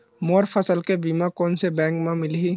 मोर फसल के बीमा कोन से बैंक म मिलही?